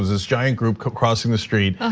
this giant group crossing the street.